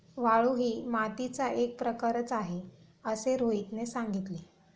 वाळू ही मातीचा एक प्रकारच आहे असे रोहितने सांगितले